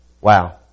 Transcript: Wow